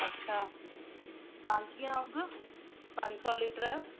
अच्छा टांकीअ जो अघु पंज सौ लीटर जो